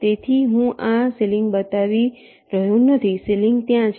તેથી હું આ સીલિંગ બતાવી રહ્યો નથી સીલિંગ ત્યાં છે